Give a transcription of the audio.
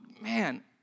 man